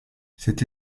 cette